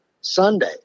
Sunday